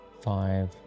Five